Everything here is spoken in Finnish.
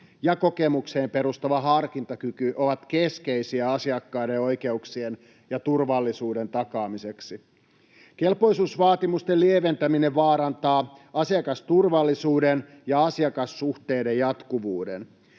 ja kokemukseen perustuva harkintakyky ovat keskeisiä asiakkaiden oikeuksien ja turvallisuuden takaamiseksi. Kelpoisuusvaatimusten lieventäminen vaarantaa asiakasturvallisuuden ja asiakassuhteiden jatkuvuuden.